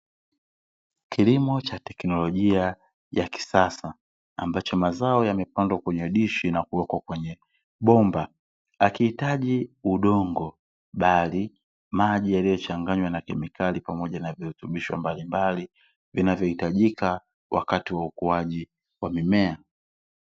Kilimo cha teknolojia ya kisasa ambacho, mazao yamepandwa kwenye dishi na kuwekwa kwenye bomba. Hakihitaji udongo bali, maji yaliyo changanywa na kemikali pamoja na virutubisho mbalimbali vinavyohitajika wakati wa ukuaji wa mimea.